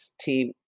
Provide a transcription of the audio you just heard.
team